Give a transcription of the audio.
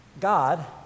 God